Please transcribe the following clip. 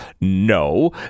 No